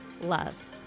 love